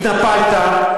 התנפלת,